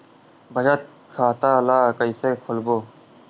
बचत खता ल कइसे खोलबों?